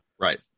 Right